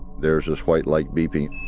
there is this white light beeping,